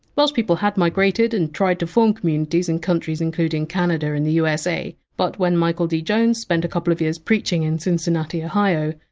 welsh people had migrated and tried to form communities in countries including canada and the usa, but when michael d. jones spent a couple of years preaching in cincinnati, ohio,